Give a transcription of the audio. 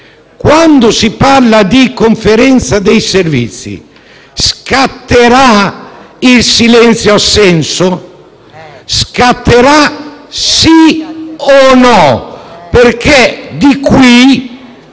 Quando si parla di conferenza di servizi, scatterà il silenzio-assenso? Scatterà? Sì o no? Perché da qui